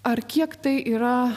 ar kiek tai yra